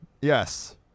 Yes